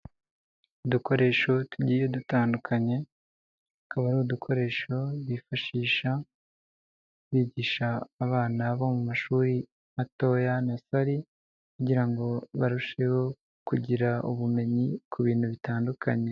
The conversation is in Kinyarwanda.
Udukoresho tugiye dutandukanye, akaba ari udukoresho bifashisha bigisha abana bo mu mashuri matoya nasari kugira ngo barusheho kugira ubumenyi ku bintu bitandukanye.